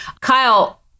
Kyle